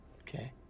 Okay